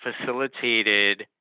facilitated